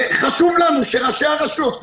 חשוב לנו שראשי הרשויות,